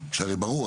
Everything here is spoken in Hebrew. שהרי ברור,